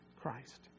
Christ